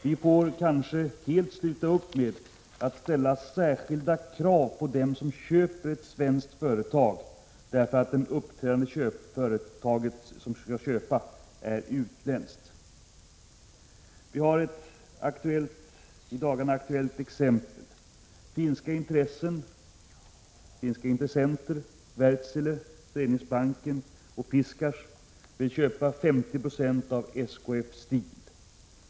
Vi får kanske helt sluta upp med att ställa särskilda krav på den som köper ett svenskt företag därför att det uppköpande företaget är utländskt. Vi har ett i dagarna aktuellt exempel. Finska intressenter, Wärtsilä, Föreningsbanken och Fiskars, vill köpa 50 26 av SKF Steel.